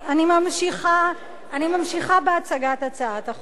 אני ממשיכה בהצגת הצעת החוק.